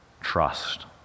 trust